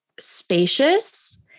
spacious